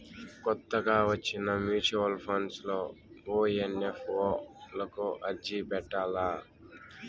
కొత్తగా వచ్చిన mutual funds లో ఓ ఎన్.ఎఫ్.ఓ లకు అర్జీ పెట్టల్ల